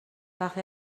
وقتی